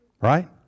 right